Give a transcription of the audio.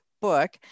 Book